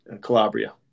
calabria